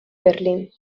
berlín